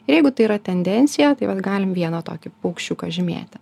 jeigu tai yra tendencija tai vat galim vieną tokį paukščiuką žymėti